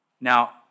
Now